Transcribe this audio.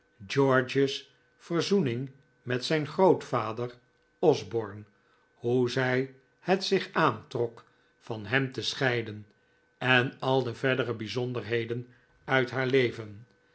george's verzoening met zijn grootvader osborne hoe zij het zich aantrok van hem te scheiden en al de verdere bijzonderheden uit haar leven